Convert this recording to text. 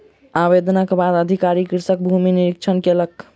आवेदनक बाद अधिकारी कृषकक भूमि निरिक्षण कयलक